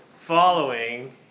following